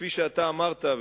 וכפי שאמרת,